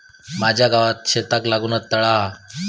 माझ्या गावात शेताक लागूनच तळा हा